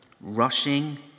rushing